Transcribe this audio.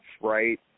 right